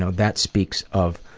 so that speaks of